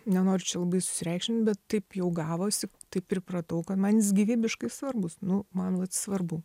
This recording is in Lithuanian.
nenoriu čia labai susireikšmint bet taip jau gavosi taip pripratau kad man jis gyvybiškai svarbus nu man svarbu